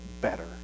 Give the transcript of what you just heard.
better